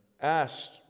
asked